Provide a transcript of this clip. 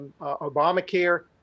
Obamacare